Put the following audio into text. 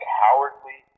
cowardly